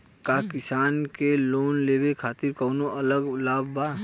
का किसान के लोन लेवे खातिर कौनो अलग लाभ बा?